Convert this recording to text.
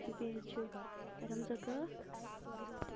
بیٚیہِ حظ چھ رمضان کاک